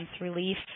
relief